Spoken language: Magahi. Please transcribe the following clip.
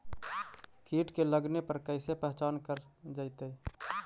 कीट के लगने पर कैसे पहचान कर जयतय?